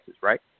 right